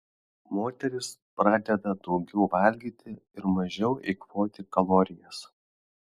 moteris pradeda daugiau valgyti ir mažiau eikvoti kalorijas